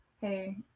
hey